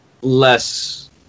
less